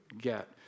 get